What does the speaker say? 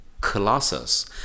colossus